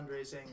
fundraising